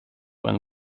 when